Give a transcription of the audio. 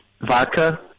vodka